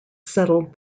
settled